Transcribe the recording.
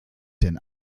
denn